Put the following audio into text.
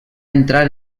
entrar